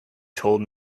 told